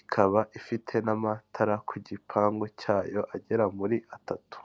ikaba ifite n'amatara ku gipangu cyayo agera muri atatu.